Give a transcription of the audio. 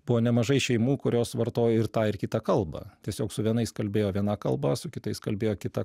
buvo nemažai šeimų kurios vartojo ir tą ir kitą kalbą tiesiog su vienais kalbėjo viena kalba su kitais kalbėjo kita